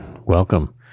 Welcome